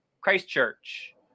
Christchurch